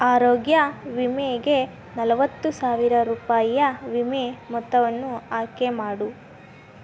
ಆರೋಗ್ಯ ವಿಮೆಗೆ ನಲವತ್ತು ಸಾವಿರ ರೂಪಾಯಿಯ ವಿಮೆ ಮೊತ್ತವನ್ನು ಆಯ್ಕೆ ಮಾಡು